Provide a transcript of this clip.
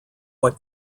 what